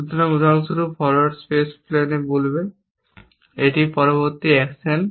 সুতরাং উদাহরণস্বরূপ forward space place বলবে এটি পরবর্তী অ্যাকশন